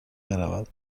برود